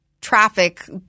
traffic